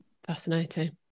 Fascinating